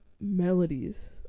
melodies